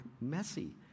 messy